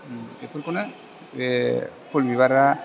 बेफोरखौनो बे फुल बिबारा